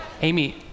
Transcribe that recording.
Amy